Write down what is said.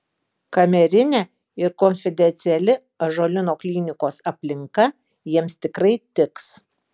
kamerinė ir konfidenciali ąžuolyno klinikos aplinka jiems tikrai tiks